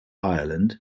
ireland